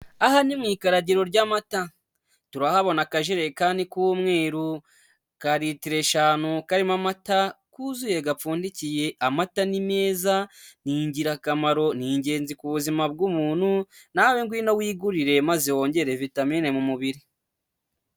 Aha ni mukaragiro ry'amata, turahabona akajerikani k'umweru ka litiro eshanu karimo amata kuzuye gapfundikiye, amata ni meza ni ingirakamaro, ni ingenzi ku buzima bw'umuntu nawe ngwino wigurire maze wongere vitamine mu mubiri.